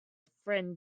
friend